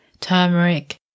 turmeric